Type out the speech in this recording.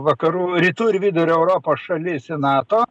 vakarų rytų ir vidurio europos šalis į nato